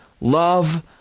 love